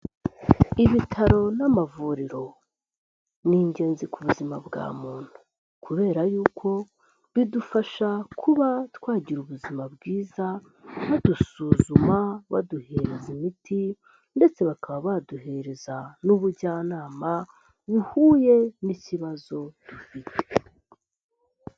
Ibitaro n'amavuriro ni ingenzi ku buzima bwa muntu kubera yuko bidufasha kuba twagira ubuzima bwiza, badusuzuma, baduhereza imiti ndetse bakaba baduhereza n'ubujyanama bihuye n'ikibazo dufite.